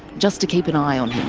just to keep an eye on him.